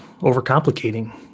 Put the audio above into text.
overcomplicating